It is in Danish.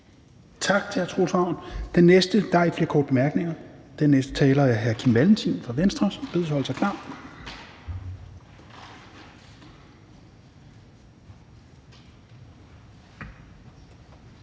Tak til hr. Troels Ravn. Der er ikke flere korte bemærkninger. Den næste taler er hr. Kim Valentin fra Venstre, som bedes holde sig klar.